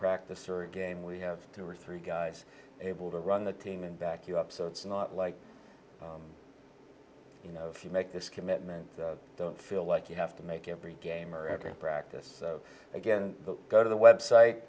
practice or a game we have two or three guys able to run the team and back you up so it's not like you know if you make this commitment don't feel like you have to make every game or every practice again go to the website